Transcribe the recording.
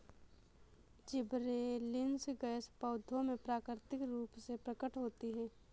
gibberellins gas पौधों में प्राकृतिक रूप से प्रकट होती है